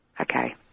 Okay